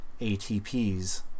ATPs